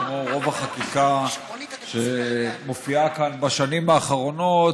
כמו רוב החקיקה שמופיעה כאן בשנים האחרונות,